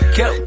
go